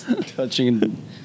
Touching